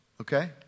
okay